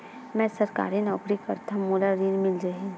मै सरकारी नौकरी करथव मोला ऋण मिल जाही?